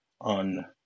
on